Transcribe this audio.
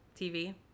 TV